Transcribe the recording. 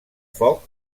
foc